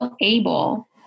able